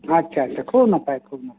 ᱟᱪ ᱪᱷᱟ ᱪᱷᱟ ᱠᱷᱩᱵᱽ ᱱᱟᱯᱟᱭ ᱠᱷᱩᱵᱽ ᱱᱟᱯᱟᱭ